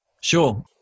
Sure